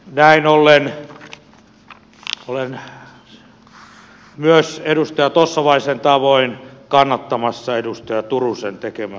näin ollen olen myös edustaja tossavaisen tavoin kannattamassa edustaja turusen tekemää hylkäysehdotusta